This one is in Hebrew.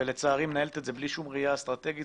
ולצערי מנהלת את זה בלי כל ראייה אסטרטגית,